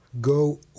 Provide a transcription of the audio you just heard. Go